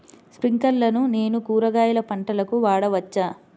స్ప్రింక్లర్లను నేను కూరగాయల పంటలకు వాడవచ్చా?